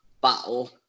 battle